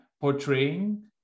Portraying